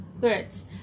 birds